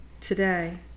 today